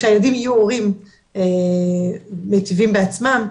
שהילדים יהיו הורים מיטיבים בעצמם,